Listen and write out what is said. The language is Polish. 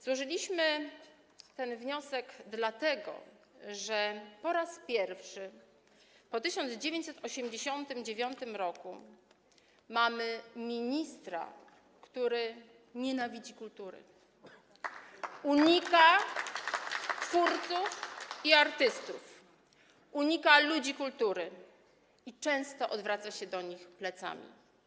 Złożyliśmy ten wniosek, dlatego że po raz pierwszy od 1989 r. mamy ministra, który nienawidzi kultury, unika twórców i artystów, unika ludzi kultury i często odwraca się do nich plecami.